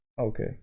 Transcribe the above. okay